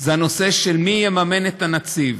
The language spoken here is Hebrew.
זה הנושא של מי יממן את הנציב.